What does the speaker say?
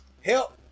Help